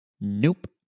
Nope